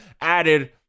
added